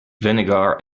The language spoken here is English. vinegar